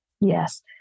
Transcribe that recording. Yes